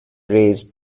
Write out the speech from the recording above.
raised